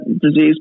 disease